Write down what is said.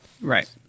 Right